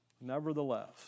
nevertheless